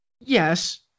Yes